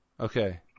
Okay